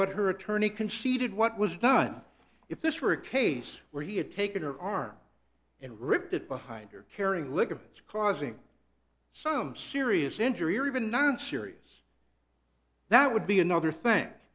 what her attorney conceded what was done if this were a case where he had taken her arm and ripped it behind her carrying ligaments causing some serious injury or even non serious that would be another thing